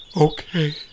Okay